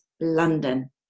London